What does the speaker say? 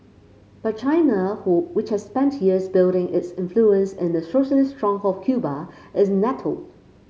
but China who which has spent years building its influence in the socialist stronghold of Cuba is nettled